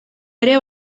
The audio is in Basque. ere